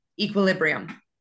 equilibrium